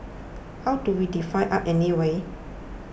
how do we define art anyway